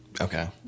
Okay